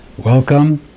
Welcome